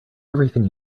everything